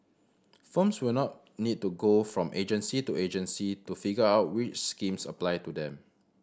firms will not need to go from agency to agency to figure out which schemes apply to them